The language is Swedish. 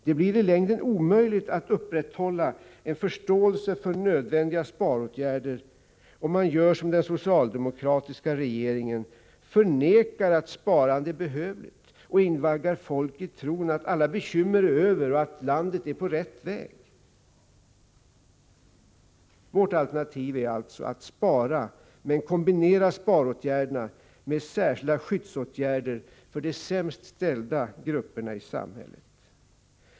Det blir i längden omöjligt att upprätthålla en förståelse för nödvändiga sparåtgärder om man gör som den socialdemokratiska regeringen: förnekar att sparande är behövligt och invaggar folk i tron att alla bekymmer är över och att landet är på rätt väg. Vårt alternativ är alltså att spara, men kombinera sparåtgärderna med särskilda skyddsåtgärder för de sämst ställda grupperna i samhället.